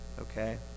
Okay